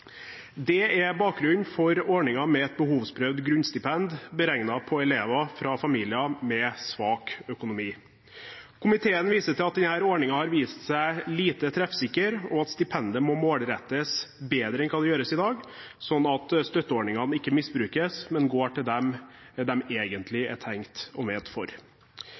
Det er bakgrunnen for ordningen med et behovsprøvd grunnstipend, beregnet på elever fra familier med svak økonomi. Komiteen viser til at denne ordningen har vist seg lite treffsikker, og at stipendet må målrettes bedre enn det gjøres i dag, sånn at støtteordningene ikke misbrukes, men går til dem de egentlig er tenkt og ment for.